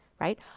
right